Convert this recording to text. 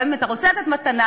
גם אם אתה רוצה לתת מתנה,